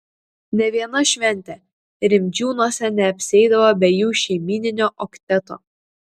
nė viena šventė rimdžiūnuose neapsieidavo be jų šeimyninio okteto